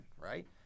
right